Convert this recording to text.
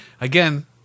Again